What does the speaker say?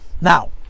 now